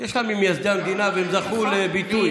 יש בה ממייסדי המדינה, והם זכו לביטוי.